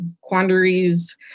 quandaries